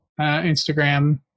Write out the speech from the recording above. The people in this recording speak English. Instagram